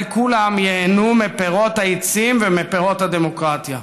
כולם ייהנו מפירות העצים ומפירות הדמוקרטיה.